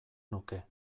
nuke